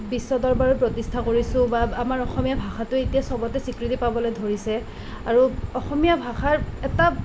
বিশ্ব দৰবাৰত প্ৰতিষ্ঠা কৰিছোঁ বা আমাৰ অসমীয়া ভাষাটো এতিয়া চবতে স্বীকৃতি পাবলৈ ধৰিছে আৰু অসমীয়া ভাষাৰ এটা